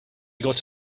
got